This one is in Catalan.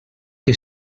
que